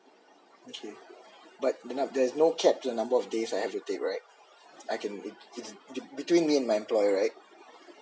okay but there's no cap the number of days I should take right between me and my employer right